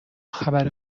خبر